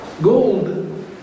Gold